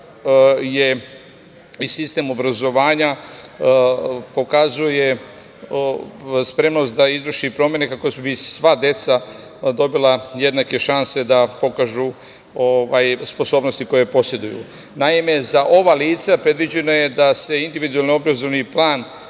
i sistem obrazovanja pokazuje spremnost da izvrši promene kako bi sva deca dobila jednake šanse da pokažu sposobnosti koje poseduju. Naime, za ova lica predviđeno je da individualni obrazovni plan